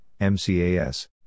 MCAS